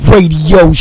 Radio